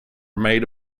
made